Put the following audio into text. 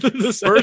First